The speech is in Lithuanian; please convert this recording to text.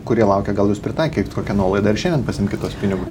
kurie laukia gal jūs pritaikykit kokią nuolaidą ir šiandien pasiimkit tuos pinigus